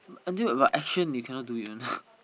until got action you cannot do it one